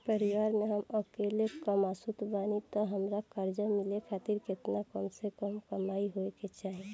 परिवार में हम अकेले कमासुत बानी त हमरा कर्जा मिले खातिर केतना कम से कम कमाई होए के चाही?